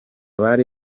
bari